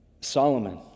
Solomon